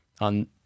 on